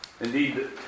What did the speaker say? Indeed